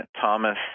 Thomas